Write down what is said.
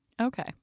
Okay